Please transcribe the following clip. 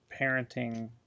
parenting